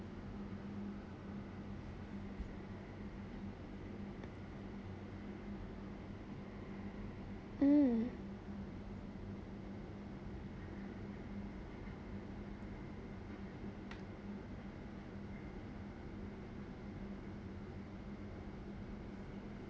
mm